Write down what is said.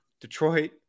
detroit